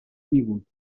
میبود